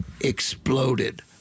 exploded